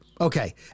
Okay